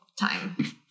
time